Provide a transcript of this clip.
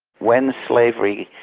when slavery,